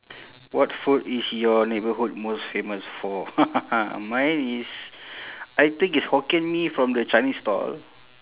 what food is your neighbourhood most famous for mine is I think it's hokkien mee from the chinese stall